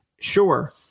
sure